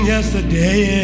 Yesterday